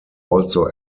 also